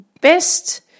best